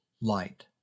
light